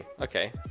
okay